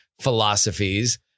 philosophies